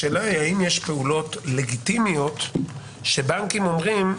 השאלה היא האם יש פעולות לגיטימיות שבנקים אומרים: